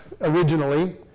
originally